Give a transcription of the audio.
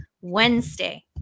Wednesday